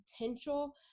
potential